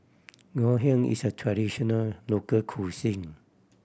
Ngoh Hiang is a traditional local cuisine